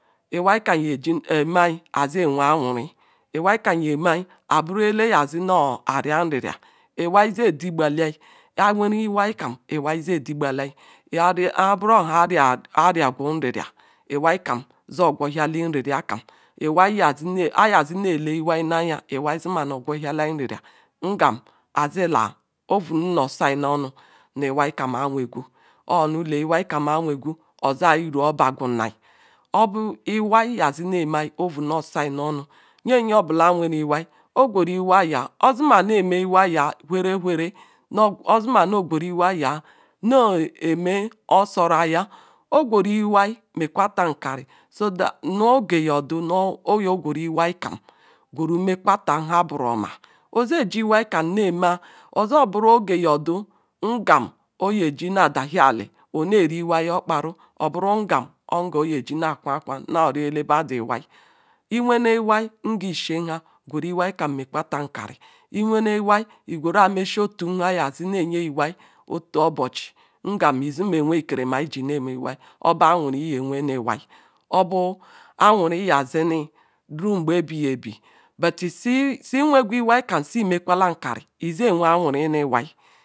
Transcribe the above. Iwai kam jor emeh-ayi azi eweh awar iwai kam zeh meh-ayi buru ele nazi na ariu-nrira ezeh edigabalia ayi wereh iwai kam ayi zeh ediyba ozi ma noh gweru iwai neh emeh osoro-ayah ogweru iwai mekwara nkah na oge ngodu oye gweru iwai kam gweru mekwa ta nheboroma maji iwai kam neh emeh ozeh buru oge yorou ngam oyeji nah dazii ali oneh ji iwai ok pomu oburu ngam mehji na akwa kwa na awio ele badu iwai iwene iwai nge ishi nhan gweru iwai kam mekwata nkari iwene iwai igeneru meshi otu nha nanzineh eyeh iwai otu obochi ngam izinirneh iwei nkerema ije ne eweh iwah obu awuri nyah zini jungbe-ebiyebi but si si iweigu iwai kam si emekwala nkari izeh weh awuri ni iwai.